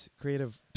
creative